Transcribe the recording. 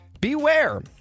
beware